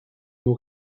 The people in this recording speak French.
nous